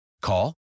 Call